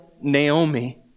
Naomi